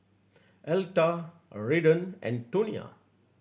Elta Redden and Tonia